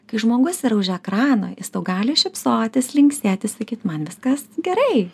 kai žmogus yra už ekrano jis gali šypsotis linksėti sakyt man viskas gerai